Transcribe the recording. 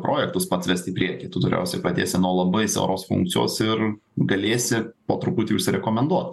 projektus pats vest į priekį tu galiausiai pradėsi nuo labai siauros funkcijos ir galėsi po truputį užsirekomenduot